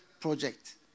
project